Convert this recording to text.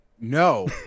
No